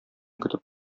көтеп